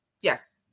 Yes